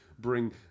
bring